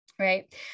Right